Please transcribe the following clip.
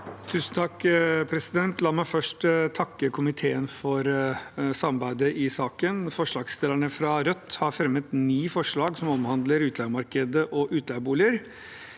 for sa- ken): La meg først takke komiteen for samarbeidet i saken. Forslagsstillerne fra Rødt har fremmet ni forslag som omhandler utleiemarkedet og utleieboliger.